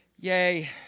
Yay